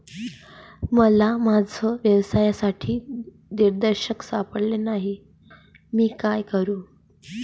मला माझ्या व्यवसायासाठी दिग्दर्शक सापडत नाही मी काय करू?